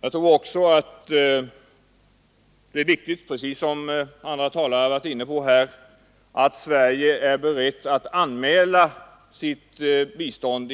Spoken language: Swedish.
Jag tror också, att det är viktigt att Sverige är berett att anmäla sitt bistånd,